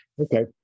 Okay